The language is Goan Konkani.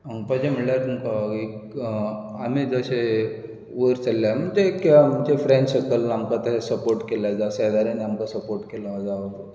सांगपाचे म्हळ्यार तुमकां एक आमी जशे वयर सरल्यात म्हणजे की म्हणजे आमच्या फ्रेंड सर्कल आमकां ताणी सपोर्ट केला जावं शेजाऱ्यान सपोर्ट केला जावं